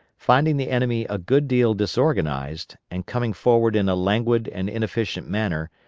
finding the enemy a good deal disorganized, and coming forward in a languid and inefficient manner,